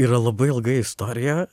yra labai ilga istorija